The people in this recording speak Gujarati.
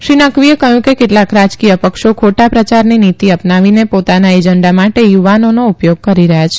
શ્રી નકવીએ કહ્યું કે કેટલાંક રાપ્ત કીય પક્ષો ખોટા પ્રચારની નીતી અપનાવીને પોતાના એ ન્ડા માટે યુવાનોનો ઉપયોગ કરી રહ્યા છે